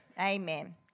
Amen